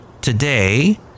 today